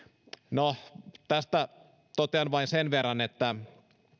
no tästä totean vain sen verran että